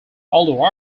although